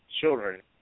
Children